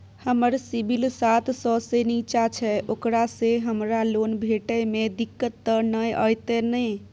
हमर सिबिल सात सौ से निचा छै ओकरा से हमरा लोन भेटय में दिक्कत त नय अयतै ने?